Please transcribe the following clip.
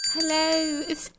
Hello